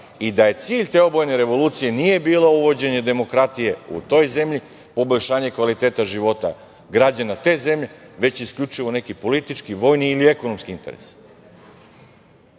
i da cilj te obojene revolucije nije bilo uvođenje demokratije u toj zemlji, poboljšanje kvaliteta života građana te zemlje, već isključivo neki politički, vojni ili ekonomski